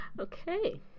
Okay